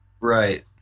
Right